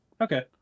Okay